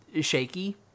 shaky